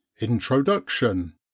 Introduction